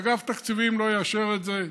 אגף תקציבים לא יאשר את זה.